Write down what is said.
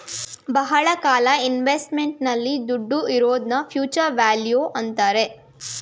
ಬಹಳ ಕಾಲ ಇನ್ವೆಸ್ಟ್ಮೆಂಟ್ ನಲ್ಲಿ ದುಡ್ಡು ಇರೋದ್ನ ಫ್ಯೂಚರ್ ವ್ಯಾಲ್ಯೂ ಅಂತಾರೆ